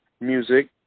music